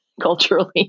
culturally